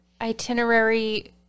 itinerary